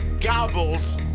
gobbles